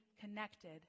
connected